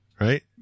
Right